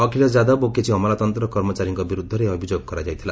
ଅଖିଳେଶ ଯାଦବ ଓ କିଛି ଅମଲାତନ୍ତ୍ର କର୍ମଚାରୀଙ୍କ ବିରୁଦ୍ଧରେ ଏହି ଅଭିଯୋଗ କରାଯାଇଥିଲା